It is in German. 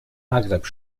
maghreb